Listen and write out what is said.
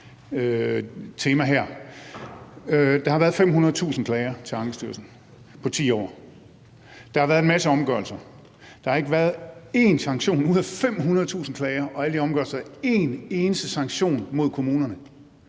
Der har været 500.000 klager til Ankestyrelsen på 10 år, og der har været en masse omgørelser, men der har ud af de 500.000 klager og alle de omgørelsessager ikke været en eneste sanktion mod kommunerne.